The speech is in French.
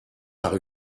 par